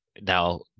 now